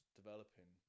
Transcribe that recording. developing